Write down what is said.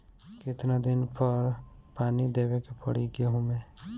कितना दिन पर पानी देवे के पड़ी गहु में?